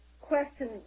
question